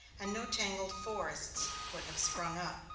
and no tangled forests would have sprung up,